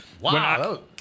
Wow